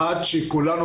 עד שכולנו,